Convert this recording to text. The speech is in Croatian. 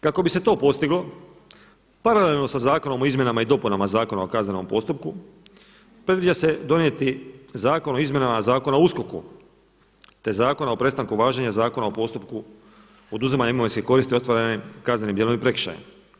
Kako bi se to postiglo paralelno sa Zakonom o izmjenama i dopunama Zakona o kaznenom postupku predviđa se donijeti Zakon o izmjenama Zakona o USKOK-u, te Zakona o prestanku važenja Zakona o postupku oduzimanja imovinske koristi ostvarene kaznenim djelom i prekršajem.